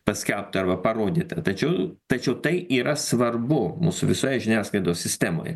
paskelbta arba parodyta tačiau tačiau tai yra svarbu mūsų visoje žiniasklaidos sistemoje